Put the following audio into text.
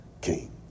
king